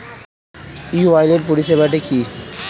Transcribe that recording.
ই wallet পরিষেবাটি কি?